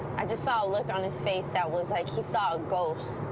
i just saw a look on his face that was like he saw a ghost.